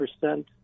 percent